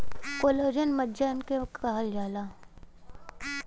collagen मज्जा के कहल जाला